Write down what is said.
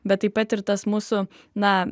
bet taip pat ir tas mūsų na